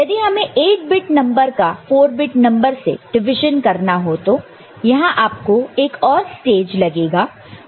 यदि हमें 8 bit number का 4 बिट नंबर से डिविजन करना हो तो यहां आपको एक और स्टेज लगेगा